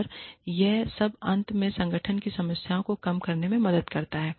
और यह सब अंत में संगठन की समस्याओं को कम करने में मदद करता है